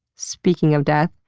speaking of death.